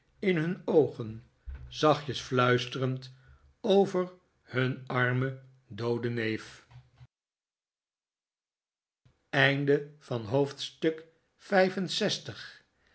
in hun oogen zachtjes fluisterend over hun armen dooden neef